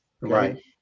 Right